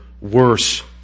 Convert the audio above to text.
worse